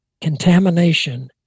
contamination